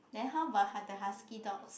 then how about the hu~ the husky dogs